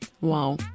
Wow